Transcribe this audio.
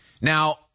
Now